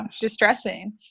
distressing